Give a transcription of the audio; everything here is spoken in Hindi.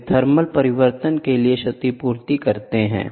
वे थर्मल परिवर्तन के लिए क्षतिपूर्ति करते हैं